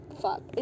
Fuck